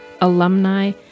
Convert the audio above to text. alumni